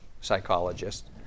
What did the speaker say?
psychologist